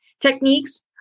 techniques